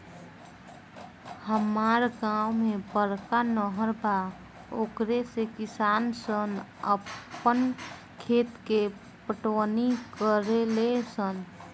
हामरा गांव में बड़का नहर बा ओकरे से किसान सन आपन खेत के पटवनी करेले सन